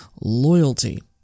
loyalty